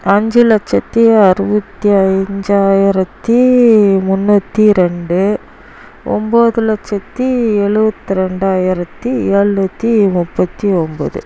அஞ்சு லட்சத்து அறுபத்தி அஞ்சாயிரத்து முந்நூற்றி ரெண்டு ஒம்பது லட்சத்து எழுவத்தி ரெண்டாயிரத்து ஏழ்நூத்தி முப்பத்து ஒம்பது